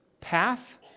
path